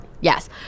yes